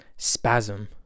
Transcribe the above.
Spasm